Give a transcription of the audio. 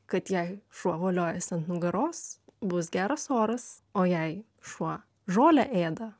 kad jei šuo voliojasi ant nugaros bus geras oras o jei šuo žolę ėda